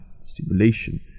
stimulation